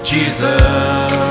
Jesus